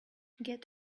get